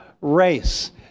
race